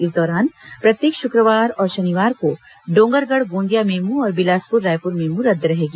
इस दौरान प्रत्येक शुक्रवार और शनिवार को डोंगरगढ़ गोंदिया मेमू और बिलासपुर रायपुर मेमू रद्द रहेगी